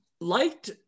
liked